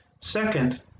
Second